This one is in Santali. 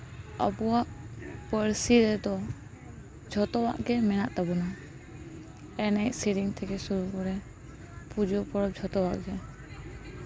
ᱟᱵᱚᱣᱟᱜ ᱯᱟᱹᱨᱥᱤ ᱨᱮᱫᱚ ᱡᱷᱚᱛᱚᱣᱟᱜ ᱜᱮ ᱢᱮᱱᱟᱜ ᱛᱟᱵᱚᱱᱟ ᱮᱱᱮᱡᱼᱥᱮᱨᱮᱧ ᱛᱷᱮᱠᱮ ᱥᱩᱨᱩ ᱠᱚᱨᱮ ᱯᱩᱡᱟᱹ ᱯᱚᱨᱚᱵᱽ ᱡᱷᱚᱛᱚᱣᱟᱜ ᱜᱮ